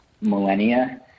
millennia